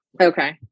Okay